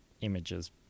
images